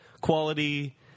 quality